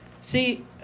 See